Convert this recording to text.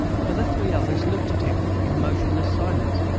for the three others looked at him, in motionless silence,